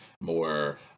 more